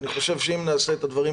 אם נעשה את הדברים